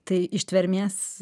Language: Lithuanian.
tai ištvermės